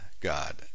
God